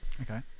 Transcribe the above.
Okay